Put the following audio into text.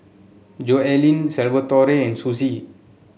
Joellen Salvatore and Suzie